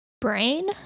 Brain